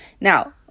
now